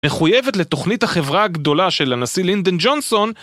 מחויבת לתוכנית החברה הגדולה של הנשיא לינדן ג'ונסון